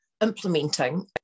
implementing